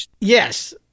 yes